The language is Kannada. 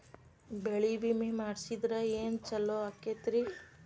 ಬೆಳಿ ವಿಮೆ ಮಾಡಿಸಿದ್ರ ಏನ್ ಛಲೋ ಆಕತ್ರಿ?